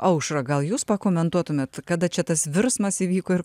aušra gal jūs pakomentuotumėt kada čia tas virsmas įvyko ir